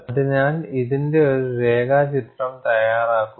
അതിനാൽ ഇതിന്റെ ഒരു രേഖാചിത്രം തയ്യാറാക്കുക